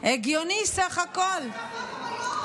הגיוני סך הכול.